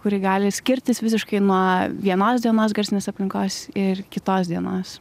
kuri gali skirtis visiškai nuo vienos dienos garsinės aplinkos ir kitos dienos